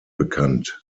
bekannt